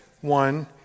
one